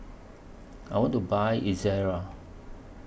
I want to Buy Ezerra